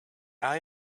eye